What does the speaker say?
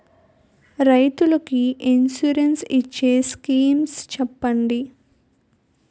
రైతులు కి ఇన్సురెన్స్ ఇచ్చే స్కీమ్స్ చెప్పండి?